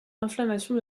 inflammation